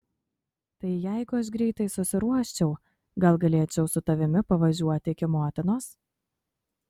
tai jeigu aš greitai susiruoščiau gal galėčiau su tavimi pavažiuoti iki motinos